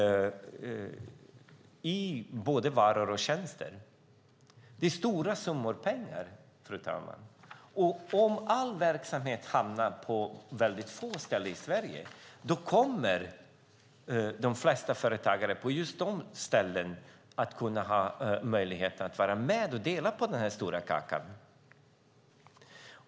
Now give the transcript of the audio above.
Det är stora summor pengar. Om all verksamhet hamnar på väldigt få ställen i Sverige kommer de flesta företagarna på just de ställena att ha möjlighet att vara med och dela på den här stora kakan.